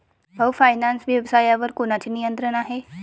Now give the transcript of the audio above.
भाऊ फायनान्स व्यवसायावर कोणाचे नियंत्रण आहे?